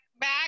back